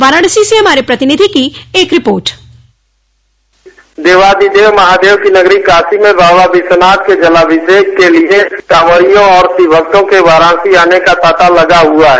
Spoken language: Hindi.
वाराणसी से हमारे प्रतिनिधि की एक रिपोर्ट देवादिदेव महादेव की नगरी काशी में बाबा विश्वनाथ का जलाभिषेक के लिए कांवरियों और शिव भक्तों के वाराणसी आने का तांता लगा हुआ है